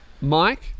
Mike